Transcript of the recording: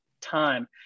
time